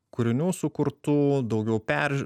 kūrinių sukurtų daugiau perž